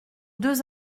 deux